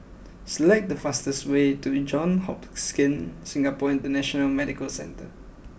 select the fastest way to Johns Hopkins Singapore International Medical Centre